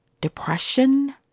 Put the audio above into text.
depression